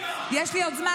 יש לי עוד זמן,